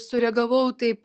sureagavau taip